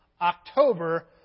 October